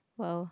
!wow!